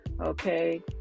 okay